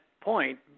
point